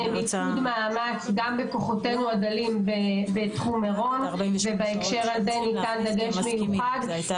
לעשות צדק ל-45 המשפחות של מירון ולאפשר לאותם מתפללים שמגיעים לחג